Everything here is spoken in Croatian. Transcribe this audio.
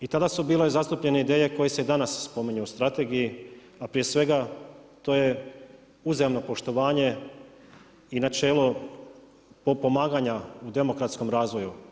I tada su bile zastupljene ideje koje se i danas spominju u strategiji, a prije svega to je uzajamno poštovanje i načelo potpomaganja u demokratskom razvoju.